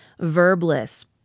Verbless